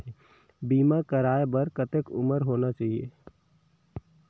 बीमा करवाय बार कतेक उम्र होना चाही?